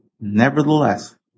Nevertheless